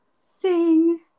sing